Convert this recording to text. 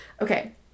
okay